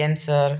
cancer